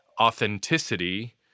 authenticity